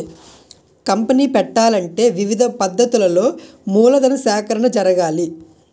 company పెట్టాలంటే వివిధ పద్ధతులలో మూలధన సేకరణ జరగాలి